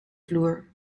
vloer